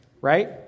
right